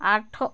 आठ